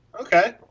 okay